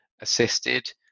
assisted